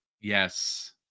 Yes